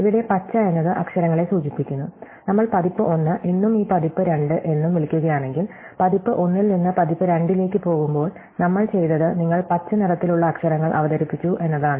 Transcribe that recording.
ഇവിടെ പച്ച എന്നത് അക്ഷരങ്ങളെ സൂചിപ്പിക്കുന്നു നമ്മൾ പതിപ്പ് 1 എന്നും ഈ പതിപ്പ് 2 എന്നും വിളിക്കുകയാണെങ്കിൽ പതിപ്പ് 1 ൽ നിന്ന് പതിപ്പ് 2 ലേക്ക് പോകുമ്പോൾനമ്മൾ ചെയ്തത് നിങ്ങൾ പച്ച നിറത്തിലുള്ള അക്ഷരങ്ങൾ അവതരിപ്പിച്ചു എന്നതാണ്